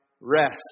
rest